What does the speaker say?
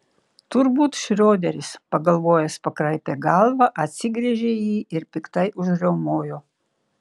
turbūt šrioderis pagalvojęs pakraipė galvą atsigręžė į jį ir piktai užriaumojo